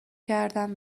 کردم